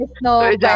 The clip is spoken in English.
no